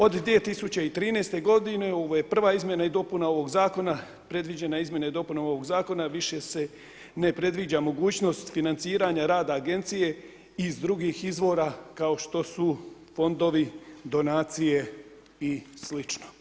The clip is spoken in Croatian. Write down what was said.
Od 2013. godine ovo je prva izmjena i dopuna ovog zakona, predviđena izmjena i dopuna ovog zakona više se ne predviđa mogućnost finaciranja rada Agencije iz drugih izvora kao što su fondovi, donacije i slično.